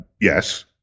Yes